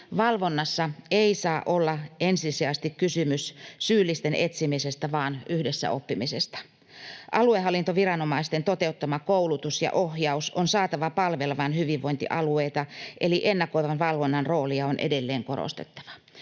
Valvonnassa ei saa olla ensisijaisesti kysymys syyllisten etsimisestä vaan yhdessä oppimisesta. Aluehallintoviranomaisten toteuttama koulutus ja ohjaus on saatava palvelemaan hyvinvointialueita eli ennakoivan valvonnan roolia on edelleen korostettava.